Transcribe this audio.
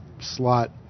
slot